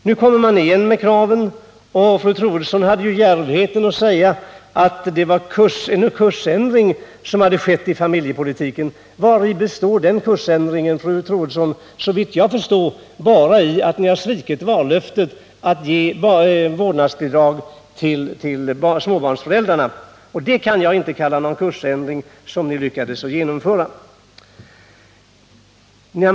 Nu kommer man igen med de kraven. Fru Troedsson hade djärvheten att säga att det skett en kursändring i familjepolitiken. Vari består den kursändringen, fru Troedsson? Såvitt jag förstår bara i att ni svikit vallöftet att ge vårdnadsbidrag till småbarnsföräldrarna. Det kan jag inte kalla en genomförd kursändring.